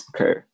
okay